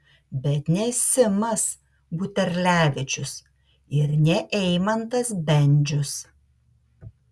bet ne simas buterlevičius ir ne eimantas bendžius